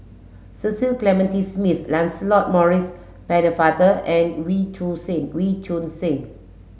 Cecil Clementi Smith Lancelot Maurice Pennefather and Wee Choon Seng Wee Choon Seng